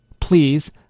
Please